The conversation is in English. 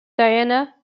diana